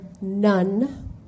none